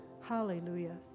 Hallelujah